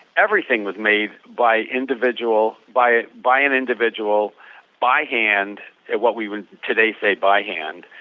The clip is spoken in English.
everything was made by individual, by by an individual by hand what we would today say by hand